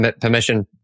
Permission